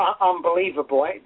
unbelievable